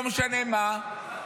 לא משנה מה,